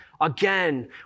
again